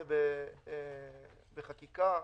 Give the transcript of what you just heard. זה בחקיקה.